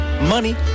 money